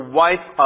wife